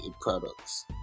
products